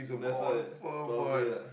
that's why probably ah